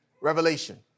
Revelation